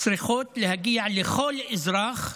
צריכים להגיע לכל אזרח,